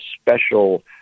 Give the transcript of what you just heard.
special